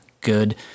good